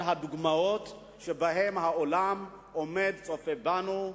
הדוגמאות שבהן העולם עומד וצופה בנו,